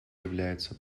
является